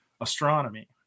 astronomy